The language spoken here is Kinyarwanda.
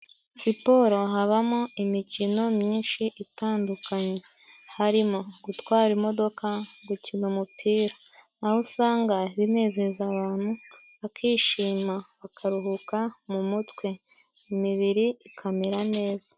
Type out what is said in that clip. Siporo habamo imikino myinshi itandukanye harimo gutwara imodoka gukina umupira aho usanga binezeza abantu bakishima bakaruhuka mu mutwe imibiri ikamera neza.